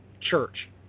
church